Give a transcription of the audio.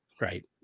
right